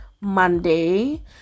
Monday